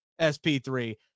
SP3